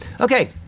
Okay